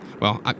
Well